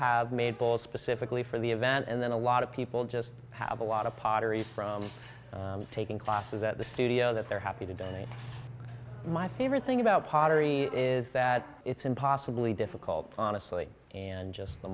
made balls specifically for the event and then a lot of people just have a lot of pottery from taking classes at the studio that they're happy today my favorite thing about pottery is that it's impossibly difficult honestly and just the